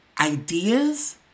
ideas